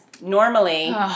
normally